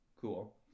Cool